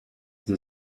the